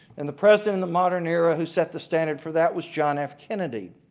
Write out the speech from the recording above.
and the president of the modern era who set the standard for that was john f. kennedy.